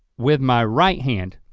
with my right hand